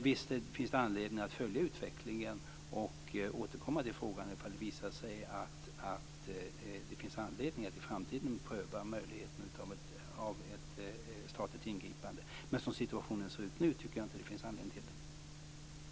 Visst skall vi följa utvecklingen och återkomma till frågan om det visar sig att det finns anledning att i framtiden pröva möjligheten av ett statligt ingripande. Men som situationen ser ut nu tycker jag inte att det finns anledning att göra det.